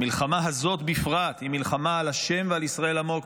המלחמה הזאת בפרט היא מלחמה על השם ועל ישראל עמו,